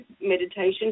meditation